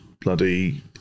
bloody